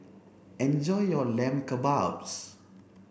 enjoy your lamb kebabs